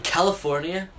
California